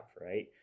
right